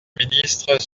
ministres